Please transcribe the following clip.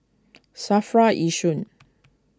Safra Yishun